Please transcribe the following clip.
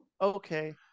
okay